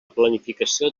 planificació